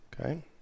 Okay